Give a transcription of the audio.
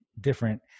different